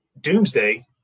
Doomsday